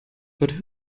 but